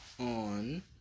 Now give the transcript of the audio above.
on